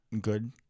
good